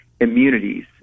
immunities